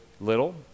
little